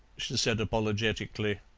she said apologetically.